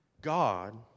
God